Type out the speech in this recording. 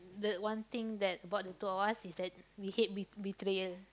the one thing that bought the two of us is that we hate be~ betrayer